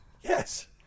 Yes